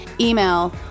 Email